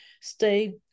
stay